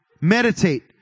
Meditate